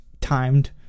timed